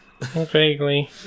Vaguely